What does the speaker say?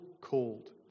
called